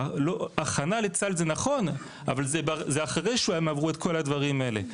הכנה לצה"ל זה נכון אבל זה אחרי שהם עברו את כל הדברים האלה.